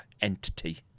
entity